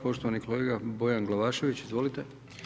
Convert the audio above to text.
Poštovani kolega Bojan Glavašević, izvolite.